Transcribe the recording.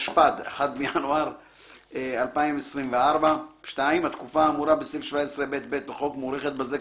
1. התקופה האמורה בסעיף 17א(ב) לחוק מוארכת בזה,